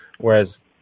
Whereas